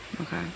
Okay